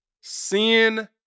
Sin